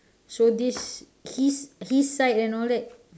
so this his his side and all that